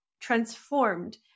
transformed